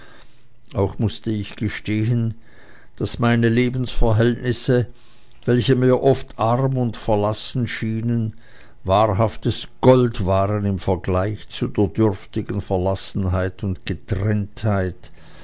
auch mußte ich gestehen daß meine lebensverhältnisse welche mir oft arm und verlassen schienen wahrhaftes gold waren im vergleich zu der dürftigen verlassenheit und getrenntheit